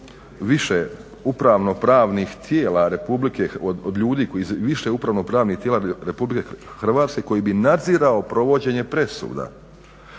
više upravno-pravnih tijela RH koji bi nadziro provođenje presuda,